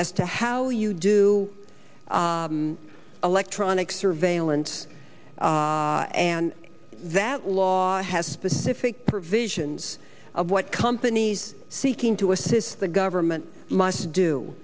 as to how you do electronic surveillance and that law has specific provisions of what companies seeking to assist the government must do